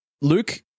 Luke